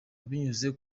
binyuze